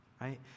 right